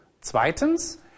zweitens